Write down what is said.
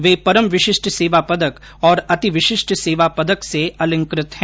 वे परम विशिष्ट सेवा पदक और अतिविशिष्ट सेवा पदक से अलंकृत है